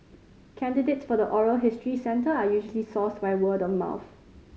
candidates for the oral history centre are usually sourced by word of mouth